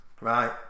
Right